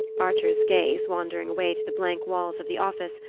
archer's gaze, wandering away to the blank walls of the office,